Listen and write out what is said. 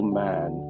man